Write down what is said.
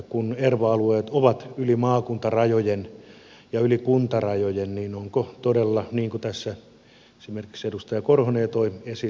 kun erva alueet ovat yli maakuntarajojen ja yli kuntarajojen niin onko todella niin niin kuin tässä esimerkiksi edustaja korhonen jo toi esille että niin sanottu